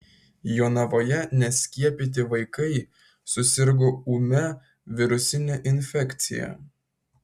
jonavoje neskiepyti vaikai susirgo ūmia virusine infekcija